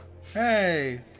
Hey